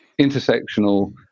intersectional